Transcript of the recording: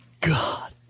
God